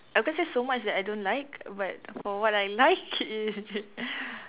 I can't say so much that I don't like but for what I like is